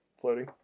floating